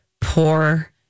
poor